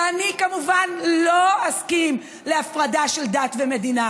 ואני כמובן לא אסכים להפרדה של דת ומדינה,